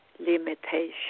limitation